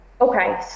okay